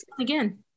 again